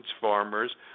farmers